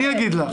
אני אגיד לך.